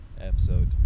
episode